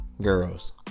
girls